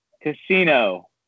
Casino